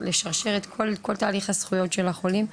לשרשר את כל תהליך הזכויות של החולים,